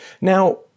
Now